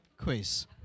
quiz